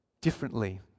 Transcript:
differently